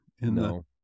No